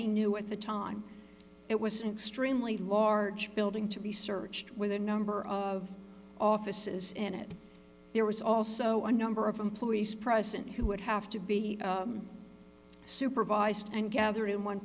he knew at the time it was an extremely large building to be searched with a number of offices in it there was also a number of employees present who would have to be supervised and gathered in one